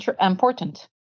important